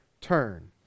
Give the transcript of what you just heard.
turn